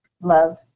Love